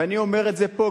ואני אומר את זה פה,